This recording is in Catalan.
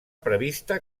prevista